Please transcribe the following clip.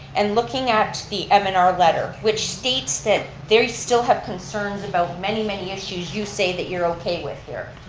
and looking at the um and letter, which states that they still have concerns about many, many issues you say that you're okay with here.